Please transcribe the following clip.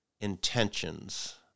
intentions